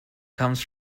comes